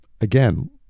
again